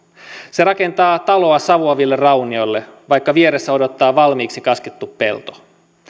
se rakentaa taloa savuaville raunioille vaikka vieressä odottaa valmiiksi kaskettu pelto